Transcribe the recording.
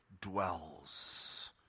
dwells